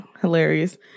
hilarious